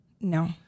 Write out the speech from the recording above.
No